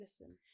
listen